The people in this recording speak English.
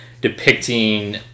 depicting